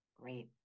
Great